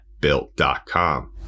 Built.com